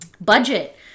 Budget